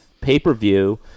pay-per-view